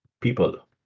people